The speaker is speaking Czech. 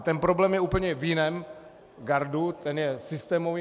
Ten problém je úplně v jiném gardu, ten je systémový.